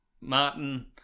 Martin